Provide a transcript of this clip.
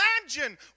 imagine